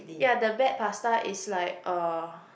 ya the bad pasta is like uh